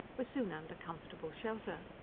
were soon under comfortable shelter.